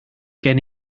gen